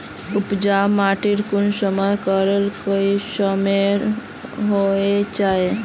उपजाऊ माटी कुंसम करे किस्मेर होचए?